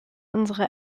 unsere